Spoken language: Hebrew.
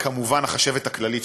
וכמובן החשבת הכללית,